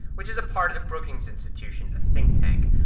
which is a part of the brookings institution, a think tank.